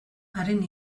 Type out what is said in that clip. haren